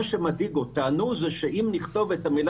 ומה שמדאיג אותנו זה שברגע שנכתוב את המילה